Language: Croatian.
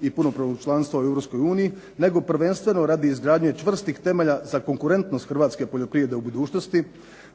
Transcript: i punopravnog članstva u Europskoj uniji nego prvenstveno radi izgradnje čvrstih temelja za konkurentnost hrvatske poljoprivrede u budućnosti